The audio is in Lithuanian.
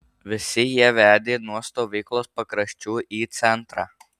visi jie vedė nuo stovyklos pakraščių į centrą